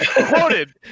Quoted